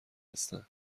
هستن